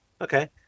Okay